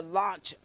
launch